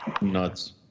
nuts